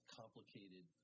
complicated